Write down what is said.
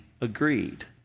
agreed